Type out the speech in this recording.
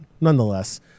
nonetheless